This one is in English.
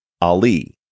Ali